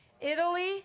Italy